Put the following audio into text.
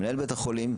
מנהל בית החולים,